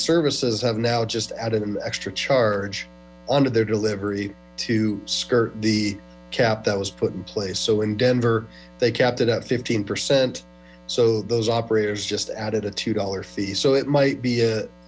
services have now just added an extra charge onto their delivery to skirt the cap that was put in place so in denver they kept it up fifteen percent so those operators just added a two dollar fee so it might be